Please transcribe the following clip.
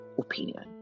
opinion